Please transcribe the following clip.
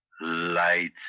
Lights